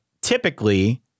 typically